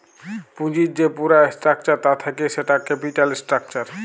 পুঁজির যে পুরা স্ট্রাকচার তা থাক্যে সেটা ক্যাপিটাল স্ট্রাকচার